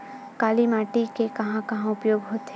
काली माटी के कहां कहा उपयोग होथे?